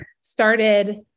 started